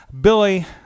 billy